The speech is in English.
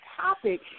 topic